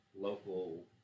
local